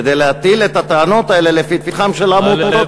כדי להטיל את הטענות האלה לפתחן של העמותות?